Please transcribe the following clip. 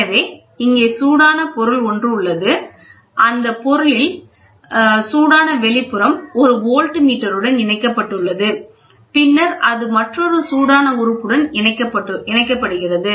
எனவே இங்கே சூடான பொருள் ஒன்று உள்ளது அந்தப் பொருளில் சூடான வெளிப்புறம் ஒரு வோல்ட்மீட்டருடன் இணைக்கப்பட்டுள்ளது பின்னர் அது மற்றொரு சூடான உறுப்பு உடன் இணைக்கப்படுகிறது